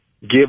give